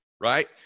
right